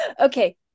okay